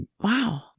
Wow